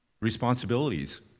responsibilities